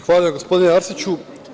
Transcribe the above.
Hvala gospodine Arsiću.